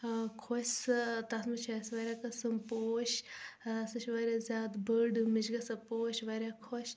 ٲں خۄش سۄ تتھ منٛز چھِ اسہِ واریاہ قٕسم پوٗش سۄ چھِ ورایاہ زیادٕ بٔڑ مےٚ چھِ گژھان پوٗس واریاہ خۄش